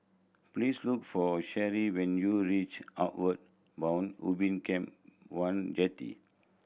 please look for Shelly when you reach Outward Bound Ubin Camp One Jetty